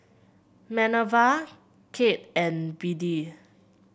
Minerva Kade and Biddie